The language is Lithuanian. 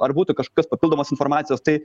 ar būtų kažkokios papildomos informacijos tai